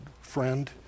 friend